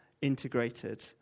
integrated